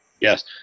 Yes